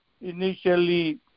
initially